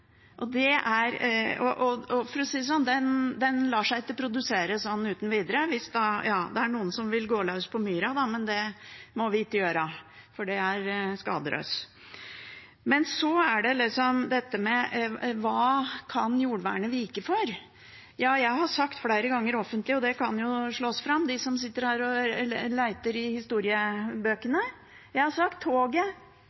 For å si det sånn: Den lar seg ikke produsere sånn uten videre. Det er noen som vil gå løs på myra, men det må vi ikke gjøre, for det skader oss. Så er det dette med hva jordvernet kan vike for. Ja, jeg har sagt flere ganger offentlig – det kan slås opp av dem som sitter her og leter i